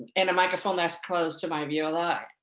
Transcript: and microphone that is close to my viola,